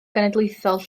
genedlaethol